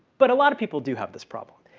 but a lot of people do have this problem.